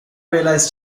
realized